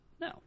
No